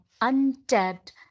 untapped